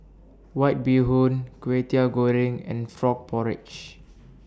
White Bee Hoon Kway Teow Goreng and Frog Porridge